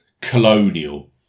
Colonial